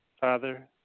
Father